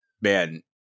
man